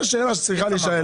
זו שאלה שצריכה להישאל.